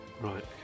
Right